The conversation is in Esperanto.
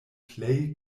plej